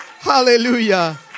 Hallelujah